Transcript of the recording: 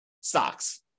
stocks